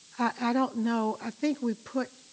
i don't know, i think we put,